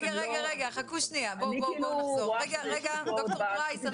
אני לא רואה את השקופית הזאת.